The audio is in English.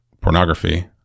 pornography